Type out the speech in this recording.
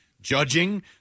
judging